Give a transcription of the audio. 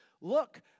Look